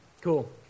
Cool